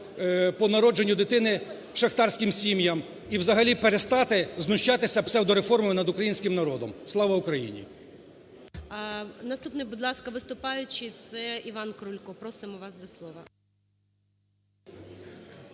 по народженню дитини шахтарським сім'ям і, взагалі, перестати знущатися псевдореформою над українським народом. Слава Україні! ГОЛОВУЮЧИЙ. Наступний, будь ласка, виступаючий це Іван Крулько, просимо вас до слова.